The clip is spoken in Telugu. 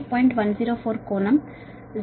104 కోణం 0 డిగ్రీ KV